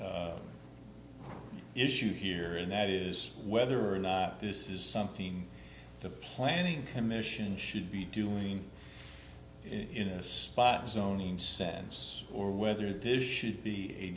any issue here and that is whether or not this is something the planning commission should be doing in a spot zoning sense or whether this should be a